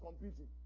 competing